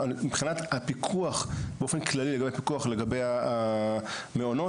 מבחינת הפיקוח באופן כללי לגבי המעונות,